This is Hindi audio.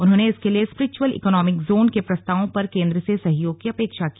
उन्होंने इसके लिए स्प्रीचुअल इकोनॉमिक जोन के प्रस्तावों पर केन्द्र से सहयोग की अपेक्षा की